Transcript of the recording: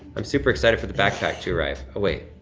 i'm super excited for the backpack to arrive, oh wait.